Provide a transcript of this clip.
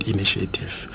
Initiative